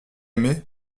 aimé